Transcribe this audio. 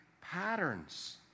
patterns